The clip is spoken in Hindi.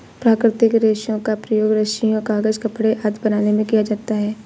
प्राकृतिक रेशों का प्रयोग रस्सियॉँ, कागज़, कपड़े आदि बनाने में किया जाता है